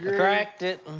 cracked it.